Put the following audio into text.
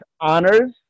honors